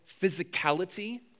physicality